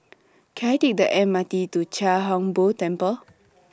Can I Take The M R T to Chia Hung Boo Temple